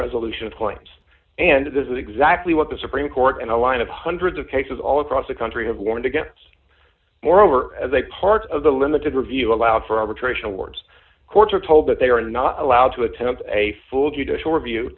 resolution points and this is exactly what the supreme court in a line of hundreds of cases all across the country have warned against moreover as a part of the limited review allowed for arbitration awards courts are told that they are not allowed to attempt a full judicial review